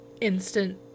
instant